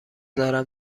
دارم